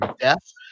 death